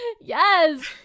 Yes